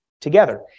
together